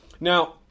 Now